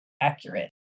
accurate